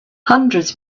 hundreds